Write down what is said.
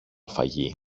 φαγί